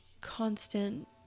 constant